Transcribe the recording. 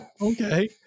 Okay